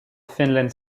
finland